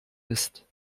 ist